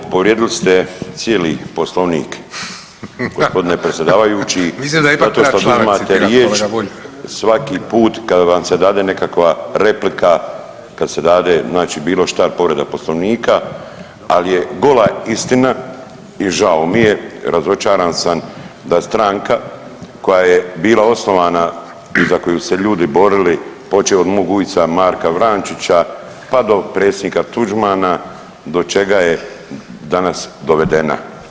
Povrijedili ste cijeli Poslovnik gospodine predsjedavajući … [[Upadica: Ne razumije se.]] zato što oduzimate riječ svaki put kad vam se dade nekakva replika, kad se dade znači bilo šta povreda Poslovnika, ali je gola istina i žao mi je, razočaran sam da stranka koja je bila osnovana i za koju su se ljudi borili počev od mog ujca Marka Vrančića pa do predsjednika Tuđmana do čeka je danas dovedena.